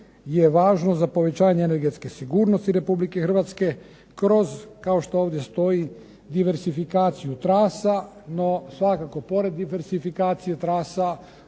je važno za povećanje energetske sigurnosti Republike Hrvatske, kroz kao što ovdje stoji diverzifikaciju trasa, no svakako pored diversifikacije trasa